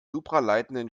supraleitenden